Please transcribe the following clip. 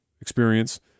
experience